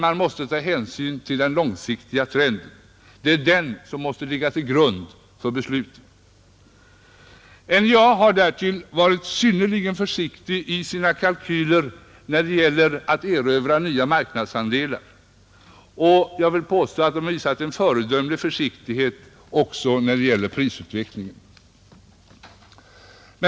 Man måste ta hänsyn till den långsiktiga trenden, Det är den som skall ligga till grund för besluten. Därtill har man i NJA i sina kalkyler varit försiktig i sina bedömningar om att erövra nya marknadsandelar, Jag vill också påstå att företaget har visat en föredömlig försiktighet när det gällt prisutvecklingen.